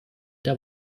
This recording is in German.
der